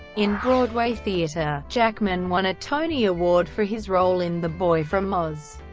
in broadway theatre, jackman won a tony award for his role in the boy from oz.